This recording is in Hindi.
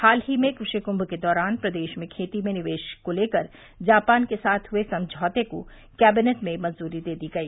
हाल ही में कृषि कृंम के दौरान प्रदेश में खेती में निवेश को लेकर जापान के साथ हुए समझौते को कैबिनेट में आज मंजूरी दें दी गई